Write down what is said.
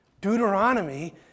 Deuteronomy